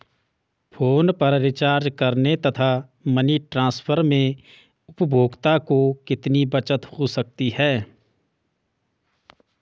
Phone पर recharge करने तथा मनी ट्रांसफर में उपभोक्ता को कितनी बचत हो सकती है?